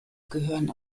gehören